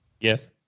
Yes